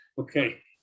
Okay